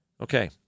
Okay